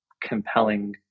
compelling